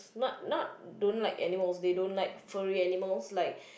not not don't like animals they don't like furry animals like